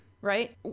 Right